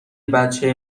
بچه